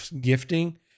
gifting